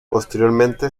posteriormente